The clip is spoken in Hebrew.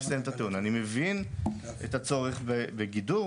אני מבין את הצורך בגידור